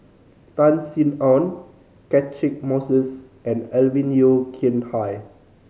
Tan Sin Aun Catchick Moses and Alvin Yeo Khirn Hai